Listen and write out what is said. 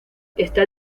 está